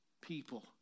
people